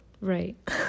right